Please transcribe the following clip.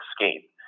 escape